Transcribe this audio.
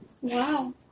Wow